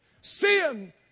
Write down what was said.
Sin